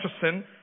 sin